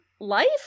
Life